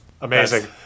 amazing